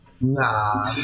Nah